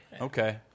Okay